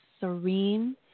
serene